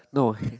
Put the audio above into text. no